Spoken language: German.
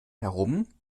herum